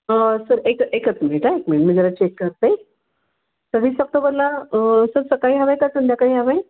sir एक एकच minute हां एक मिनि मी जरा चेक करते सव्वीस अक्टोबरला सर सकाळी हवं आहे का संध्याकाळी हवं आहे